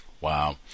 Wow